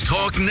Talk